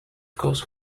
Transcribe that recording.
course